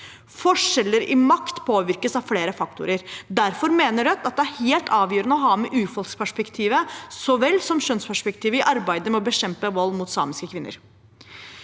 Forskjeller i makt påvirkes av flere faktorer. Derfor mener Rødt at det er helt avgjørende å ha med urfolksperspektivet så vel som kjønnsperspektivet i arbeidet med å bekjempe vold mot samiske kvinner.